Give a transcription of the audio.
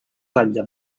ratlla